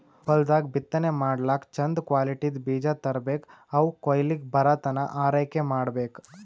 ಹೊಲ್ದಾಗ್ ಬಿತ್ತನೆ ಮಾಡ್ಲಾಕ್ಕ್ ಚಂದ್ ಕ್ವಾಲಿಟಿದ್ದ್ ಬೀಜ ತರ್ಬೆಕ್ ಅವ್ ಕೊಯ್ಲಿಗ್ ಬರತನಾ ಆರೈಕೆ ಮಾಡ್ಬೇಕ್